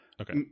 okay